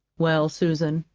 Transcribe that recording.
well, susan,